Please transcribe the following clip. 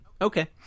Okay